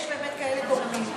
אם יש באמת כאלה גורמים,